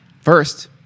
First